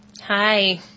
Hi